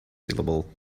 syllable